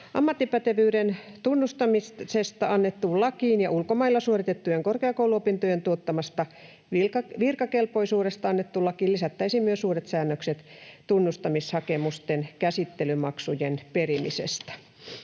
Ammattipätevyyden tunnustamisesta annettuun lakiin ja ulkomailla suoritettujen korkeakouluopintojen tuottamasta virkakelpoisuudesta annettuun lakiin lisättäisiin myös uudet säännökset tunnustamishakemusten käsittelymaksujen perimisestä.